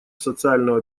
социального